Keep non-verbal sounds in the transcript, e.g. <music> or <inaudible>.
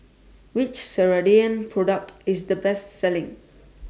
Which Ceradan Product <noise> IS The Best Selling